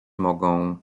mogą